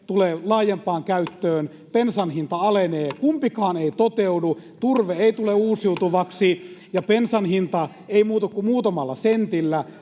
tulee laajempaan käyttöön, bensan hinta alenee. Kumpikaan ei toteudu. Turve ei tule uusiutuvaksi, ja bensan hinta ei muutu kuin muutamalla sentillä.